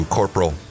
corporal